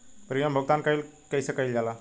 Premium भुगतान कइसे कइल जाला?